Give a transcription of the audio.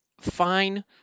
fine